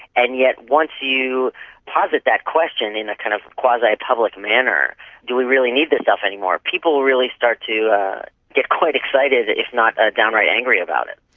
and yet when you posit that question in a kind of quasi-public manner do we really need this stuff anymore? people really start to get quite excited, if not ah downright angry about it.